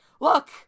Look